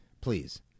please